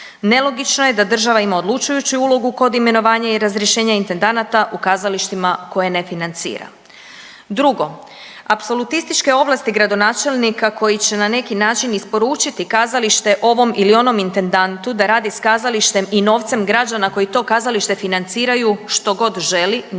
Nelogično je da država ima odlučujuću ulogu kod imenovanja i razrješenja intendanata u kazalištima koje ne financira. Drugo, apsolutističke ovlasti gradonačelnika koji će na neki način isporučiti kazalište ovom ili onom intendantu da radi s kazalištem i novcem građana koji to kazalište financiraju što god želi nije pravi